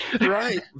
Right